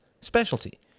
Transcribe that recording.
specialty—